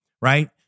right